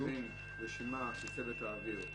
בין הרשימה של צוות האוויר,